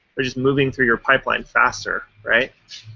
they're just moving through your pipeline faster, right?